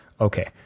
Okay